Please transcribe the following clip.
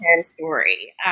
story